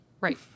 Right